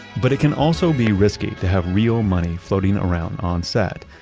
but it can also be risky to have real money floating around on set,